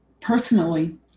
Personally